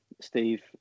Steve